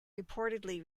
reportedly